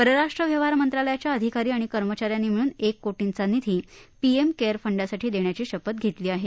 परराष्ट्र मंत्रालयाच्या अधिकारी आणि कर्मचाऱ्यांनी मिळून एक कोटींचा निधी पीएम केअर फंडासाठी देण्याची शपथ घेतली आहे